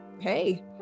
hey